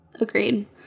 Agreed